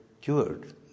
cured